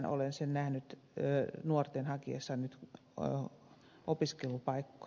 olen sen nähnyt nuorten hakiessa nyt opiskelupaikkoja